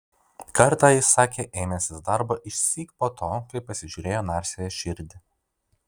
kartą jis sakė ėmęsis darbo išsyk po to kai pasižiūrėjo narsiąją širdį